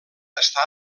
està